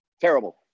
Terrible